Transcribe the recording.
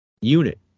unit